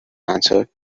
answered